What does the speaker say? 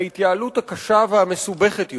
ההתייעלות הקשה והמסובכת יותר: